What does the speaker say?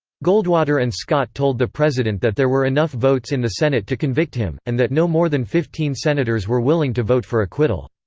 goldwater and scott told the president that there were enough votes in the senate to convict him, and that no more than fifteen senators were willing to vote for acquittal.